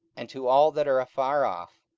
and to all that are afar off,